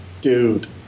Dude